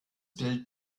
bild